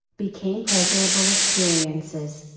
became pleasurable experiences.